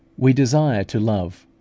we desire to love,